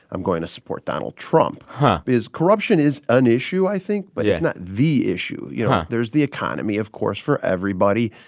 i'm going to support donald trump because corruption is an issue, i think, but it's not the issue. you know, there's the economy, of course, for everybody.